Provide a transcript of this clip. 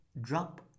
drop